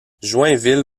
joinville